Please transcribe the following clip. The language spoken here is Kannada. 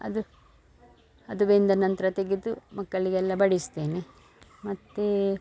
ಅದು ಅದು ಬೆಂದ ನಂತರ ತೆಗೆದು ಮಕ್ಕಳಿಗೆಲ್ಲಾ ಬಡಿಸ್ತೇನೆ ಮತ್ತು